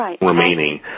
remaining